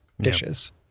dishes